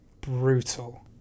brutal